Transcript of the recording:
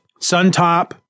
Suntop